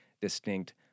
distinct